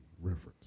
reference